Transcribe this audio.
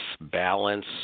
balance